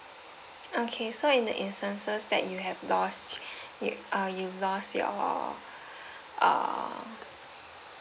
okay so in instances that you have lost you uh you lost your uh